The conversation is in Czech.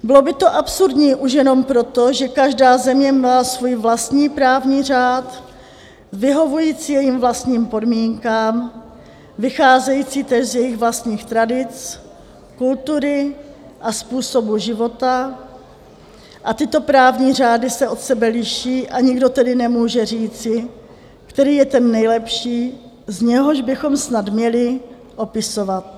Bylo by to absurdní už jenom proto, že každá země má svůj vlastní právní řád vyhovující jejím vlastním podmínkám, vycházející též z jejich vlastních tradic, kultury a způsobu života, a tyto právní řády se od sebe liší, a nikdo tedy nemůže říci, který je ten nejlepší, z něhož bychom snad měli opisovat.